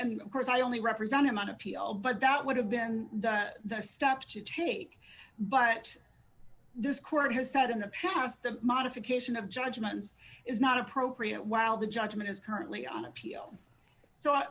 and of course i only represent him on appeal but that would have been the step to take but this court has said in the past the modification of judgments is not appropriate while the judgment is currently on appeal so